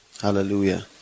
Hallelujah